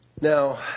Now